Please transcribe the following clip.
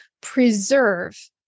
preserve